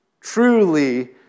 truly